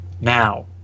now